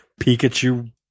Pikachu